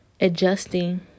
adjusting